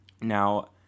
Now